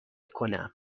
کنم